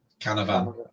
Canavan